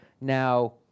Now